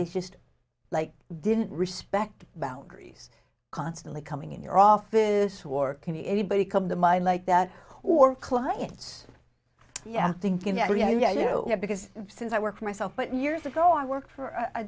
this just like didn't respect boundaries constantly coming in your office war can be anybody come to mind like that or clients yeah thinking yeah yeah yeah yeah yeah because since i work myself but years ago i worked for a